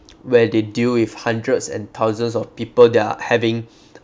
where they deal with hundreds and thousands of people they're having